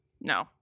No